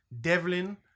Devlin